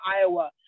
Iowa